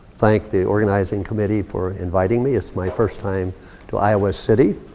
thank the organizing committee for inviting me. it's my first time to iowa city.